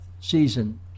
season